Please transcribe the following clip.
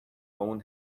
own